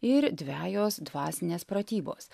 ir dvejos dvasinės pratybos